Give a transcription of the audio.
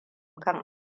kan